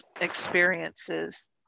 experiences